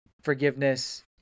forgiveness